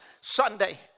Sunday